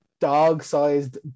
dog-sized